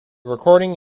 recording